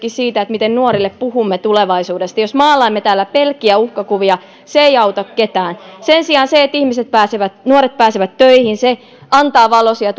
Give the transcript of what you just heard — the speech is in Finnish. siitä miten nuorille puhumme tulevaisuudesta jos maalaamme täällä pelkkiä uhkakuvia se ei auta ketään sen sijaan se että nuoret pääsevät töihin antaa valoisia